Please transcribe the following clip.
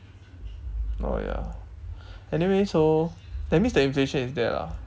oh ya anyway so that means the inflation is there lah